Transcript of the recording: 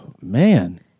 man